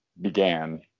began